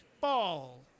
ball